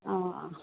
অঁ অঁ